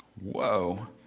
Whoa